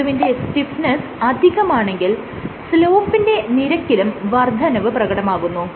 വസ്തുവിന്റെ സ്റ്റിഫ്നെസ്സ് അധികമാണെങ്കിൽ സ്ലോപ്പിന്റെ നിരക്കിലും വർദ്ധനവ് പ്രകടമാകുന്നു